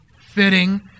fitting